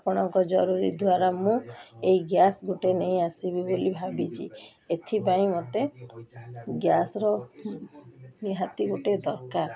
ଆପଣଙ୍କ ଜରୁରୀ ଦ୍ୱାରା ମୁଁ ଏଇ ଗ୍ୟାସ ଗୋଟେ ନେଇ ଆସିବି ବୋଲି ଭାବିଛି ଏଥିପାଇଁ ମୋତେ ଗ୍ୟାସର ନିହାତି ଗୋଟେ ଦରକାର